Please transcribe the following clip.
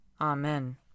Amen